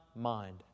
mind